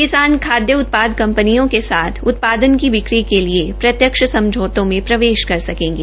किसान खाद्य उत्पाद कंपनियों के साथ उत्पादन की बिक्री के लिए प्रत्यक्ष समझौतों में प्रवेश कर सकेंगे